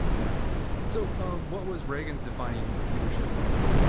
yeah, so um what was reagan's defining leadership moment